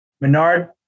Menard